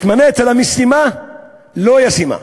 התמנית למשימה לא ישימה.